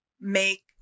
make